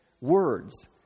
words